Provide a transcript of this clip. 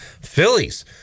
Phillies